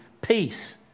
Peace